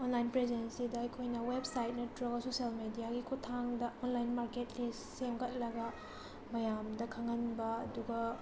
online ꯄ꯭ꯔꯖꯦꯟꯁꯁꯤꯗ ꯑꯩꯈꯣꯏꯅ website ꯅꯠꯇ꯭ꯔꯒꯁꯨ ꯁꯣꯁꯤꯌꯦꯜ ꯃꯦꯗꯤꯌꯥꯒꯤ ꯈꯨꯠꯊꯥꯡꯗ ꯑꯣꯟꯂꯥꯏꯟ ꯃꯥꯔꯀꯦꯠ ꯂꯤꯁ ꯁꯦꯝꯒꯠꯂꯒ ꯃꯌꯥꯝꯗ ꯈꯪꯍꯟꯕ ꯑꯗꯨꯒ